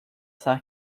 sœur